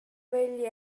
vegli